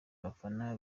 abafana